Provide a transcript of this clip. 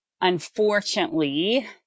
unfortunately